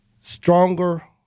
stronger